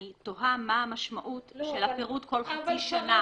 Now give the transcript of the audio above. אני תוהה מה המשמעות של הפירוט כל חצי שנה.